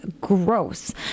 Gross